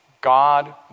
God